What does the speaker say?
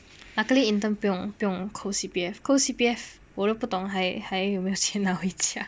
luckily intern 不用不用 CO C_P_F CO C_P_F 我都不懂还还有没有钱拿回家